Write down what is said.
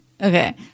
okay